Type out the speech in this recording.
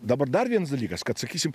dabar dar viens dalykas kad sakysim